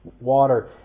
water